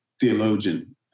theologian